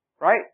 right